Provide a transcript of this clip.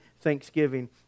thanksgiving